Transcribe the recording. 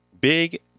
Big